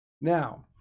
now